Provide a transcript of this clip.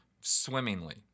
swimmingly